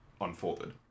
unfolded